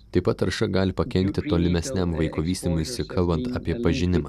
taip pat tarša gali pakenkti tolimesniam vaiko vystymuisi kalbant apie pažinimą